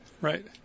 Right